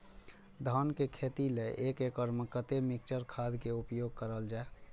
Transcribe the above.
धान के खेती लय एक एकड़ में कते मिक्चर खाद के उपयोग करल जाय?